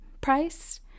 price